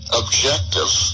objective